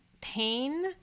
pain